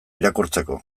irakurtzeko